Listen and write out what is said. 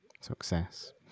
Success